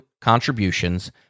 contributions